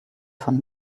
von